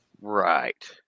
Right